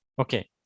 Okay